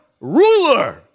ruler